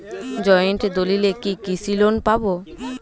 Joint দলিলে কি কৃষি লোন পাব?